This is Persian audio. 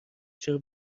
چرا